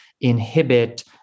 inhibit